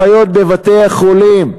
אחיות בבתי-החולים,